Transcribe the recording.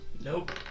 Nope